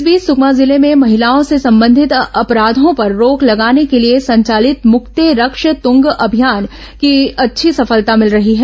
इस बीच सुकमा जिले में महिलाओं से संबंधित अपराधों पर रोक लगाने के लिए संचालित मुक्ते रक्षत्रंग अभियान को अच्छी सफलता मिल रही है